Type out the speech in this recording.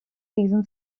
season